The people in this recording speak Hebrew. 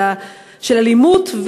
של אלימות,